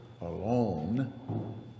alone